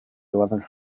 eleventh